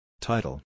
Title